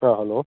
ஆ hello